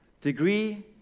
degree